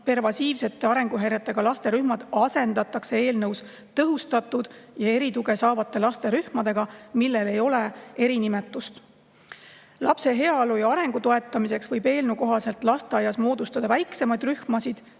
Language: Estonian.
pervasiivsete arenguhäiretega laste rühmad, asendatakse eelnõu kohaselt tõhustatud ja erituge saavate laste rühmadega, millel ei ole erinimetust. Lapse heaolu ja arengu toetamiseks võib eelnõu kohaselt lasteaias moodustada väiksemaid rühmasid,